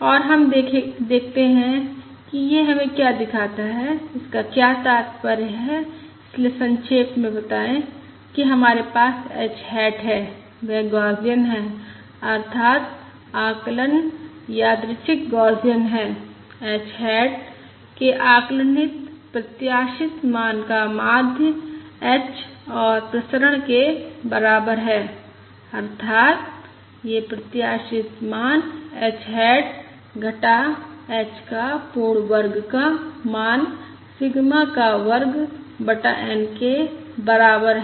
और हम देखते हैं कि यह हमें क्या दिखाता है इसका क्या तात्पर्य है इसलिए संक्षेप में बताएं कि हमारे पास h हैट है वह गौसियन है अर्थात आकलन यादृच्छिक गौसियन है h हैट के आकलनित प्रत्याशित मान का माध्य h और प्रसरण के बराबर है अर्थात यह प्रत्याशित मान h हैट घटा h का पूर्ण वर्ग का मान सिग्मा का वर्ग बटा N के बराबर है